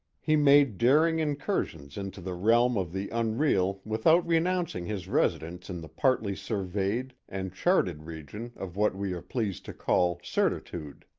he made daring incursions into the realm of the unreal without renouncing his residence in the partly surveyed and charted region of what we are pleased to call certitude.